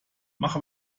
mach